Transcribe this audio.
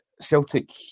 Celtic